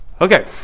Okay